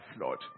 Lord